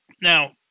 Now